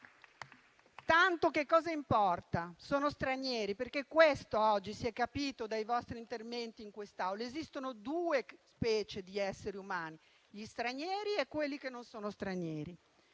Tanto che cosa importa? Sono stranieri. Questo oggi si è capito dai vostri interventi in quest'Aula: esistono due specie di esseri umani, gli stranieri e quelli che non sono stranieri.